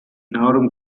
nahrung